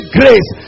grace